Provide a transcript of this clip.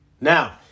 Now